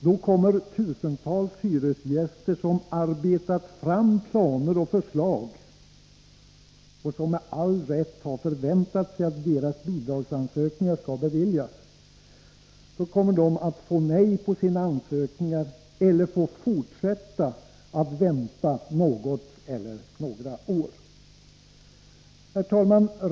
Då kommer tusentals hyresgäster som arbetat fram planer och förslag — och som med all rätt förväntat sig att deras bidragsansökningar skall beviljas — att få avslag på sina ansökningar eller att få fortsätta att vänta något eller några år. Herr talman!